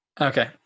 Okay